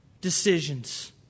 decisions